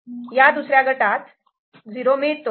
आणि इथे ह्या दुसऱ्या गटात '0' मिळतो